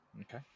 okay